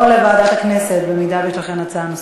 או לוועדת הכנסת, במידה שיש לכם הצעה נוספת.